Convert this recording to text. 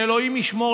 שאלוהים ישמור,